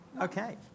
Okay